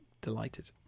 delighted